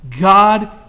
God